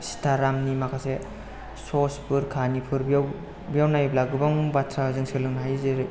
सिथारामनि माखासे ससफोर काहानिफोर बेयाव बेयाव नायब्ला गोबां बाथ्रा जों सोलोंनो हायो जैरै